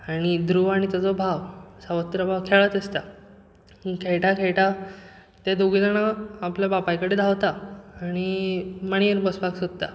आनी ध्रुव आनी तेजो भाव सावत्र भाव खेळत आसता खेळटा खेळटा ते दोगूय जाण आपल्या बापाय कडेन धावता आनी मांडयेर बसपाक सोदतात